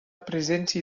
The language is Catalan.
presència